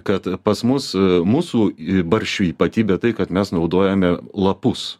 kad pas mus mūsų barščių ypatybė tai kad mes naudojame lapus